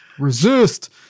resist